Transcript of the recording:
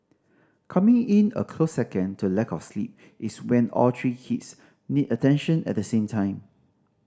coming in a close second to lack of sleep is when all three kids need attention at the same time